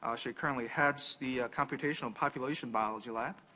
ah she currently heads the computational population biology lab.